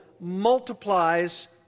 multiplies